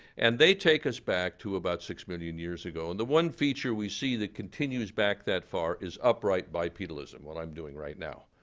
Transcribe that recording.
and they take us back to about six million years ago. and the one feature we see that continues back that far is upright bipedalism, what i'm doing right now.